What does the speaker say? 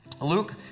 Luke